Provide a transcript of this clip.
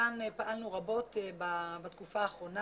כאן פעלנו במשרד רבות בתקופה האחרונה.